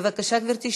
בבקשה, גברתי.